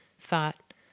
thought